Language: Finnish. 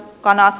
kanat